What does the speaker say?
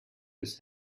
his